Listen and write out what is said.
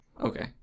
okay